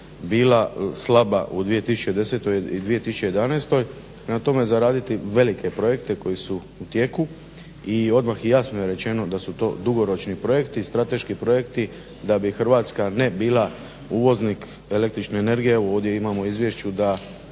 bila slaba u 2010.i u 2011.prema tome za raditi velike projekte koji su u tijeku i odmah jasno je rečeno da su to dugoročni projekti, strateški projekti da bi Hrvatska ne bila uvoznik el.energije, ovdje imamo u izvješću da